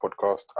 podcast